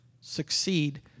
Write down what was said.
succeed